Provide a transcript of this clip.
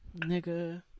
Nigga